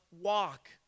walk